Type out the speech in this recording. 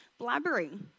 blabbering